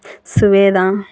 సువేద